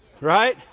Right